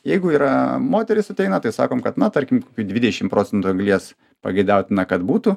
jeigu yra moteris ateina tai sakom kad na tarkim dvidešim procentų anglies pageidautina kad būtų